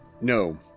No